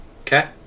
Okay